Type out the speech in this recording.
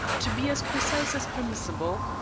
to be as precise as permissible,